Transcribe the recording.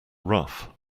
rough